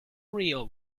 real